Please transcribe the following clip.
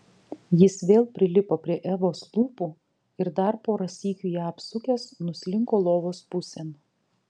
jis vėl prilipo prie evos lūpų ir dar porą sykių ją apsukęs nuslinko lovos pusėn